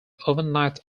overnight